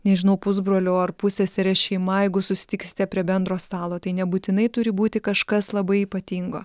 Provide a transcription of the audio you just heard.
nežinau pusbrolio ar pusseserės šeima jeigu susitiksite prie bendro stalo tai nebūtinai turi būti kažkas labai ypatingo